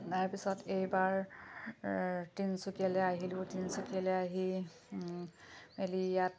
তাৰপিছত এইবাৰ তিনিচুকীয়ালৈ আহিলোঁ তিনিচুকীয়ালৈ আহি মেলি ইয়াত